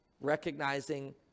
recognizing